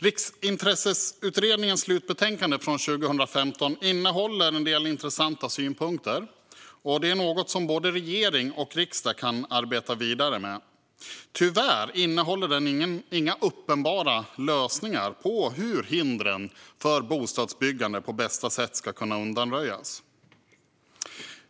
Riksintresseutredningens slutbetänkande från 2015 innehåller en del intressanta synpunkter, och detta är något som både regeringen och riksdagen kan arbeta vidare med. Tyvärr innehåller det dock inga uppenbara lösningar på hur hindren för bostadsbyggandet på bästa sätt ska undanröjas.